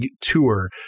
tour